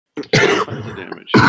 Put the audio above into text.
Damage